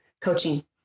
coaching